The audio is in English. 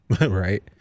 Right